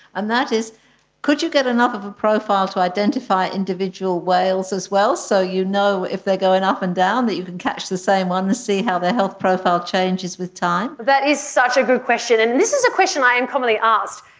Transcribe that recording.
and that is could you get enough of a profile to identify individual whales as well, so you know if they are going up and down, that you can catch the same one and see how their health profile changes with time? that is such a good question and this is a question i am commonly asked.